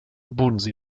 bodensee